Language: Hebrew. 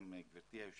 גם גברתי היושבת-ראש,